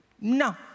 no